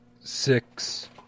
six